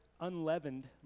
unleavened